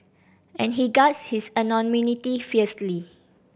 and he guards his anonymity fiercely